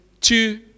two